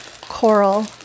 coral